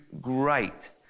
great